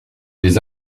les